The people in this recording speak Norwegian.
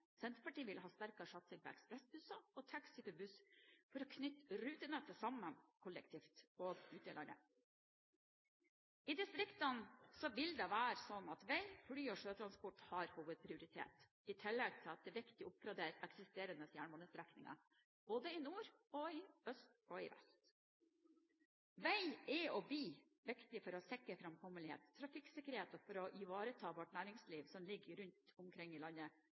Senterpartiet vil ha sterkere satsing på ekspressbusser og taxi for buss for å knytte rutenettet sammen kollektivt – òg ute i landet. I distriktene vil det være slik at vei, fly og sjøtransport har hovedprioritet, i tillegg til at det er viktig å oppgradere eksisterende jernbanestrekninger både i nord, øst og vest. Vei er og blir viktig for å sikre framkommelighet og trafikksikkerhet og for å ivareta vårt næringsliv som ligger rundt omkring i hele landet.